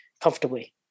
comfortably